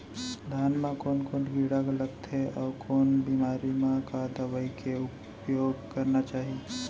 धान म कोन कोन कीड़ा लगथे अऊ कोन बेमारी म का दवई के उपयोग करना चाही?